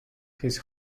his